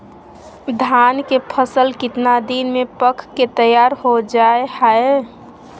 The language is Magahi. धान के फसल कितना दिन में पक के तैयार हो जा हाय?